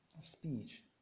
speech